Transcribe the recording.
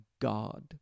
god